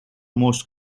most